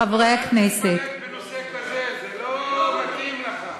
חברי הכנסת, בנושא כזה, זה לא מתאים לך.